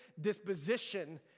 disposition